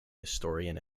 historian